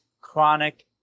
chronic